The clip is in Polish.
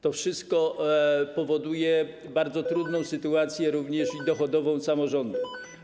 To wszystko powoduje bardzo trudną sytuację, również dochodową, samorządów.